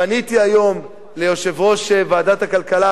פניתי היום ליושב-ראש ועדת הכלכלה,